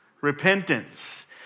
repentance